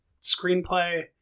screenplay